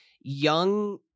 young